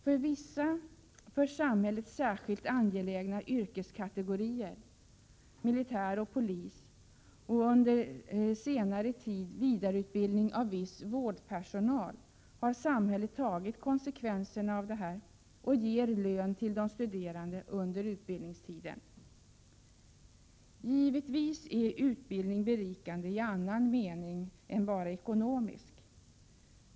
För vissa för samhället särskilt angelägna yrkeskategorier, militär och polis samt under senare tid vidareutbildning av viss vårdpersonal, har samhället tagit konsekvenserna av detta och ger lön till de studerande under utbildningstiden. Givetvis är utbildning berikande i annan mening än bara ekonomisk.